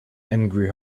angry